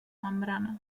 membrana